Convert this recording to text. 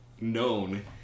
known